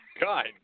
God